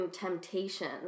temptations